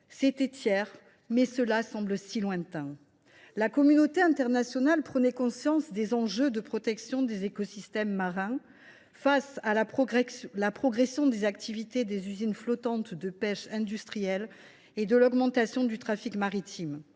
c’était hier, mais cela semble si lointain. La communauté internationale prenait conscience des enjeux de protection des écosystèmes marins face à la progression des activités des usines flottantes de pêche industrielle et à l’augmentation du trafic maritime.